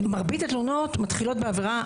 מרבית התלונות מתחילות בעבירה